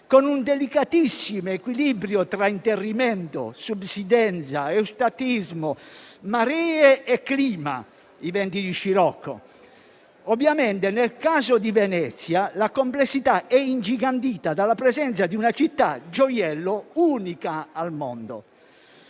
con un delicatissimo equilibrio tra interrimento, subsidenza, eustatismo, maree e clima (i venti di scirocco). Ovviamente nel caso di Venezia la complessità è ingigantita dalla presenza di una città gioiello unica al mondo.